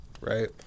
Right